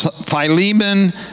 Philemon